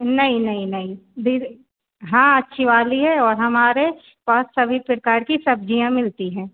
नहीं नहीं नहीं बिरे हाँ अच्छी वाली है और हमारे पास सभी प्रकार कि सब्ज़ियाँ मिलती हैं